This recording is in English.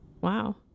wow